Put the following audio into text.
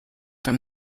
from